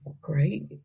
great